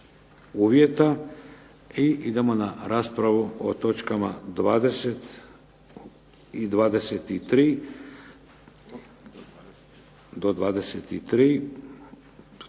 uvjeta, i idemo na raspravu o točkama 20., do